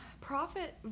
profit